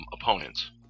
opponents